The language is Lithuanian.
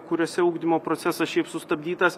kuriuose ugdymo procesas šiaip sustabdytas